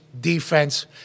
defense